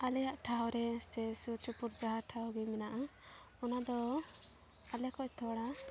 ᱟᱞᱮᱭᱟᱜ ᱴᱷᱟᱶ ᱨᱮ ᱥᱮ ᱥᱩᱨ ᱥᱩᱯᱩᱨ ᱡᱟᱦᱟᱸ ᱴᱷᱟᱶᱜᱮ ᱢᱮᱱᱟᱜᱼᱟ ᱚᱱᱟᱫᱚ ᱟᱞᱮᱠᱷᱚᱱ ᱛᱷᱚᱲᱟ